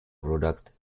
product